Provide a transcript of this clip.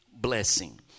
blessing